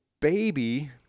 baby